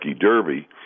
Derby